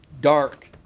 dark